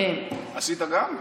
עשית גם,